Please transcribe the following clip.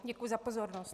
Děkuji za pozornost.